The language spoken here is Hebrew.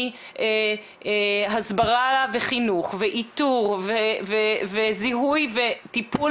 מהסברה וחינוך ואיתור וזיהוי וטיפול